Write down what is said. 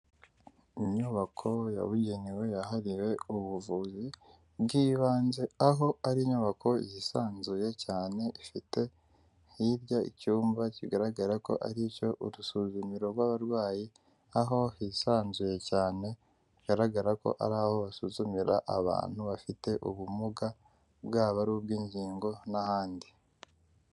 Inyubako yabugenewe yahariwe ubuvuzi bw'ibanze, aho ari inyubako yisanzuye cyane, ifite hirya icyumba kigaragara ko ari icyo urusuzumiro rw'abarwayi aho hisanzuye cyane, bigaragara ko ari aho basuzumira abantu bafite ubumuga, bwabo ari ubw'ingingo n'ahandi.